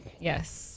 Yes